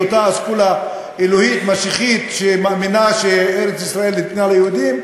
לאותה אסכולה אלוהית-משיחית שמאמינה שארץ-ישראל ניתנה ליהודים,